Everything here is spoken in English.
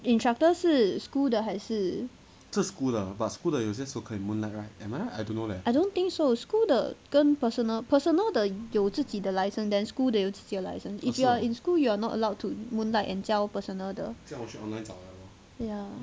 instructor 是 school 的还是 I don't think so school 的跟 personal personal 的有自己的 license then school 的有自己 licence if you are in school you're not allowed to moonlight and 教 personal 的 ya